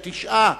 יש תשעה,